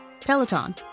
Peloton